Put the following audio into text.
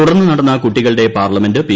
തുടർന്ന് നടന്ന കുട്ടികളുടെ പാർലമെന്റ് പി